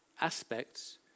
aspects